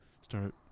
start